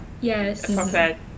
Yes